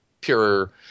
pure